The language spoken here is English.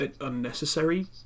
unnecessary